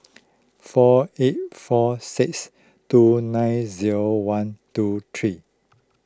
four eight four six two nine zero one two three